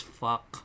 fuck